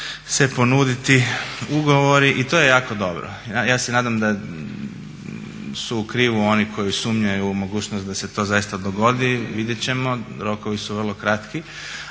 se ponuditi ugovori i to je jako dobro. Ja se nadam da su u krivu oni koji sumnjaju u mogućnost da se to zaista dogodi, vidjet ćemo, rokovi su vrlo kratki.